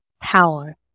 power